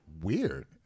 weird